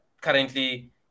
currently